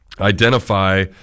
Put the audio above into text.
identify